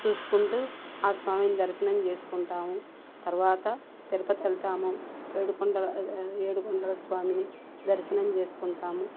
చూసుకుంటూ ఆ స్వామిని దర్శనం చేసుకుంటాము తర్వాత తిరుపతెళ్తాము ఏడుకొండల ఏడుకొండల స్వామిని దర్శనం చేసుకుంటాము